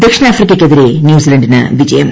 ദക്ഷിണാഫ്രിക്കയ്ക്കെതിരെ ന്യൂസിലന്റിന് വിജയം